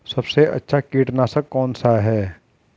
सबसे अच्छा कीटनाशक कौन सा है?